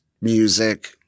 music